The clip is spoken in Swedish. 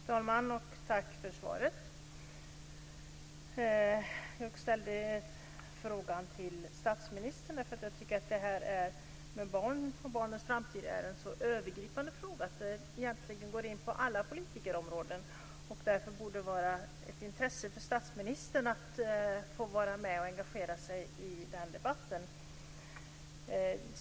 Fru talman! Tack för svaret. Jag ställde frågan till statsministern därför att jag tycker barn och barnens framtid är en så övergripande fråga att den egentligen går in på alla politikområden och att det därför borde vara ett intresse för statsministern att få vara med och engagera sig i den debatten.